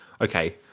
Okay